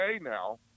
now